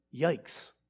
yikes